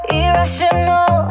irrational